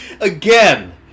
Again